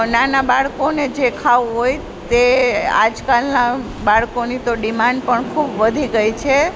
નાનાં બાળકોને જે ખાવું હોય તે આજકાલનાં બાળકોની તો ડિમાન્ડ પણ ખૂબ વધી ગઈ છે